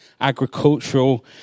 agricultural